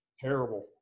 terrible